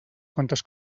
quantes